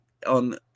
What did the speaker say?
on